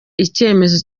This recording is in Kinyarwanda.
icyemezo